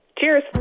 Cheers